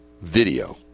video